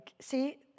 see